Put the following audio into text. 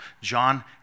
John